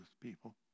people